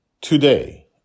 Today